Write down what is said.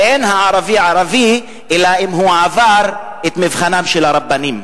שאין הערבי ערבי אלא אם הוא עבר את מבחנם של הרבנים.